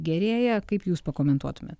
gerėja kaip jūs pakomentuotumėt